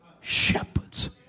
shepherds